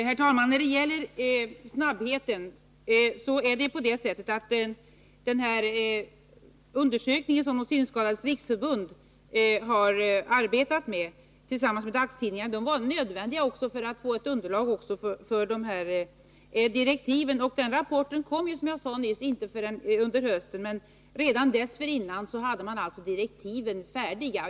Herr talman! Beträffande snabbheten vill jag säga att den undersökning Synskadades riksförbund har arbetat med tillsammans med dagstidningarna var nödvändig också för att man skulle få ett underlag för direktiven. Rapporten kom, som jag nyss sade, inte förrän under hösten. Men redan tidigare hade man alltså direktiven färdiga.